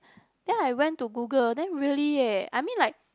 then I went to Google then really eh I mean like